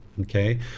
okay